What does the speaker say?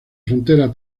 frontera